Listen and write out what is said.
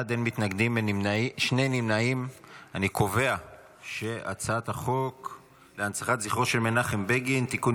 אני קובע שהצעת החוק להנצחת זכרו של מנחם בגין (תיקון,